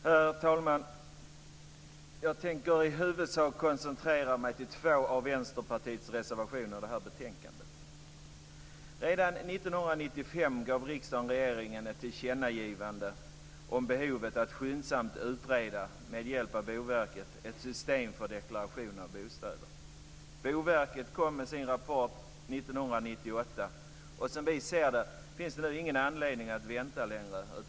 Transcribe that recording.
Herr talman! Jag tänker i huvudsak koncentrera mig på två av Vänsterpartiets reservationer till betänkandet. Redan 1995 gav riksdagen regeringen ett tillkännagivande om behovet att skyndsamt utreda med hjälp av Boverket ett system för deklaration av bostäder. Boverket kom med sin rapport 1998, och som vi ser det finns det ingen anledning att vänta längre.